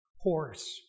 horse